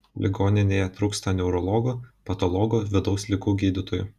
ligoninėje trūksta neurologų patologų vidaus ligų gydytojų